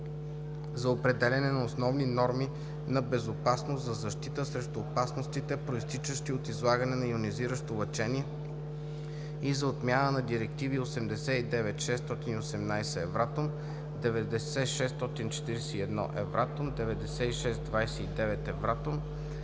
за определяне на основни норми на безопасност за защита срещу опасностите, произтичащи от излагане на йонизиращо лъчение, и за отмяна на директиви 89/618/Евратом, 90/641/Евратом, 96/29/Евратом,